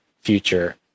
future